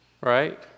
right